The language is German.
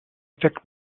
weckt